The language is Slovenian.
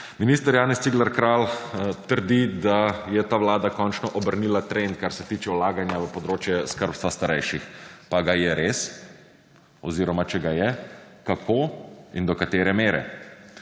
Minister Janez Cigler Kralj trdi, da je ta Vlada končno obrnila trend kar se tiče vlaganja v področje skrbstva starejših. Pa ga je res? Oziroma, če ga je, kako in do katere mere.